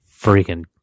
freaking